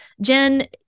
Jen